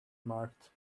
marked